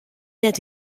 net